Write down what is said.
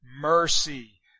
mercy